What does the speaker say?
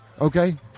Okay